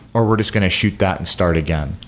or we're just going to shoot that and start again.